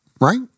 right